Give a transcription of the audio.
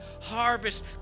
harvest